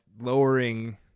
lowering